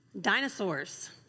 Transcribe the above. Dinosaurs